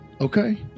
Okay